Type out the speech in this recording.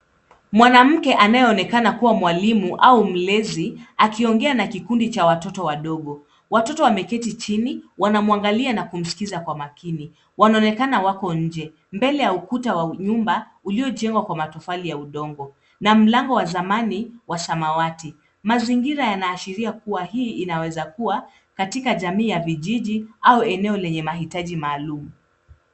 Mwanamke anayeonekana kuwa mwalimu au mlezi akiongea na kikundi cha watoto wadogo. Watoto wameketi chini, wanamwangalia na kumskiza kwa makini. Wanaonekana wako nje, mbele ya ukuta wa nyumba uliojengwa kwa matofali ya udongo, na mlango wa zamani wa samawati. Mazingira yanaashiria kuwa hii inawezakuwa katika jamii ya vijiji au eneo lenye mahitaji maalum.